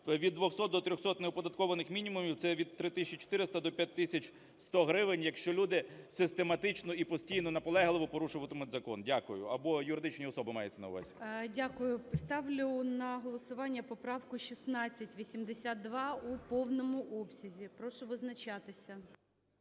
від 200 до 300 неоподатковуваних мінімумів – це від 3 тисячі 400 до 5 тисяч 100 гривень, якщо люди систематично і постійно, наполегливо порушуватимуть закон. Дякую. Або юридичні особи, мається на увазі. ГОЛОВУЮЧИЙ. Дякую. Ставлю на голосування поправку 1682 у повному обсязі. Прошу визначатися.